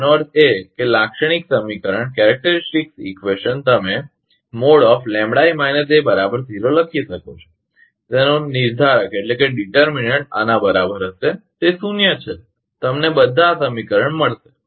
એનો અર્થ એ કે લાક્ષણિક સમીકરણ તમે લખી શકો છો તેનો નિર્ધારક ડીટરમીનન્ટ આના બરાબર હશે તે શૂન્ય છે તમને બધા સમીકરણ મળશે